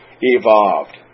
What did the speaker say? evolved